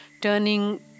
Turning